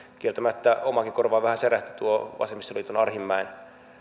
kieltämättä omaankin korvaan vähän särähti tuo vasemmistoliiton arhinmäen